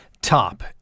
Top